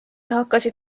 hakkasid